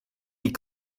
die